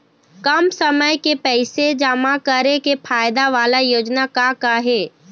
कम समय के पैसे जमा करे के फायदा वाला योजना का का हे?